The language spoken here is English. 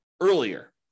earlier